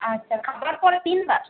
আচ্ছা খাওয়ার পরে তিনবার